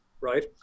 right